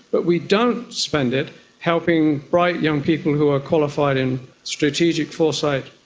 but we don't spend it helping bright young people who are qualified in strategic foresight,